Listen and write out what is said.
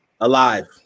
Alive